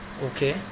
Okay